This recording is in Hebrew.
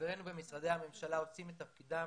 חברינו במשרדי הממשלה עושים את תפקידם